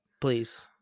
Please